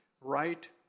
right